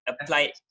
applied